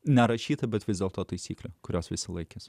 nerašyta bet vis dėlto taisyklę kurios visi laikėsi